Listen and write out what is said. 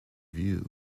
view